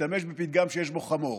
תשתמש בפתגם שיש בו חמור,